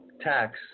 tax